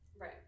right